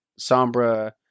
Sombra